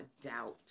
doubt